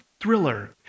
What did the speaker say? thriller